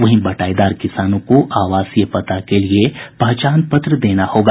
वहीं बटाईदार किसानों को आवासीय पता के लिए पहचान पत्र देना होगा